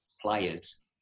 players